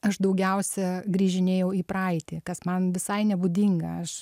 aš daugiausia grįžinėjau į praeitį kas man visai nebūdinga aš